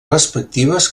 respectives